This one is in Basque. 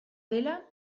dela